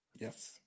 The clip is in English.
yes